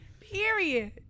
Period